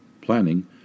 planning